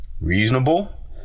reasonable